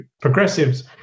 Progressive's